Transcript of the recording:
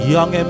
Young